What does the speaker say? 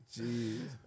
Jeez